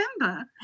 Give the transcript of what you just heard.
remember